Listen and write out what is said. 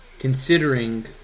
Considering